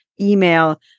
email